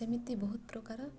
ସେମିତି ବହୁତ ପ୍ରକାର